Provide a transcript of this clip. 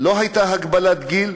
לא הייתה הגבלת גיל,